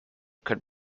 could